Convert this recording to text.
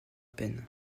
peine